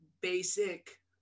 basic